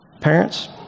Parents